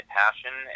passion